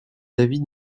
david